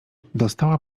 dostała